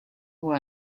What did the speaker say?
who